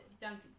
Duncan